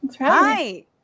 Hi